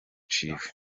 ciwe